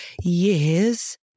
years